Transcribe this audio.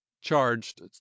charged